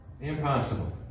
Impossible